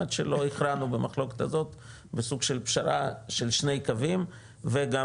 עד שלא הכרענו במחלוקת הזאת בסוג של פשרה של שני קווים וגם